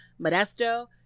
modesto